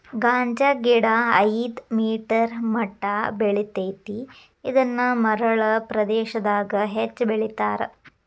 ಗಾಂಜಾಗಿಡಾ ಐದ ಮೇಟರ್ ಮಟಾ ಬೆಳಿತೆತಿ ಇದನ್ನ ಮರಳ ಪ್ರದೇಶಾದಗ ಹೆಚ್ಚ ಬೆಳಿತಾರ